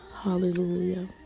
hallelujah